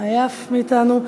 עייף מאתנו.